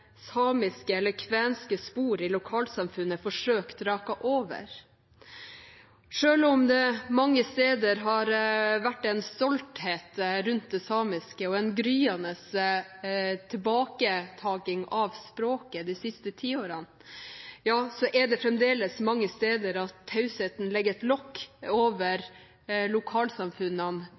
samiske eller kvenske spor i lokalsamfunnet er forsøkt raket over. Selv om det mange steder har vært en stolthet rundt det samiske og en gryende tilbaketaking av språket de siste tiårene, legger tausheten fremdeles et lokk over lokalsamfunnene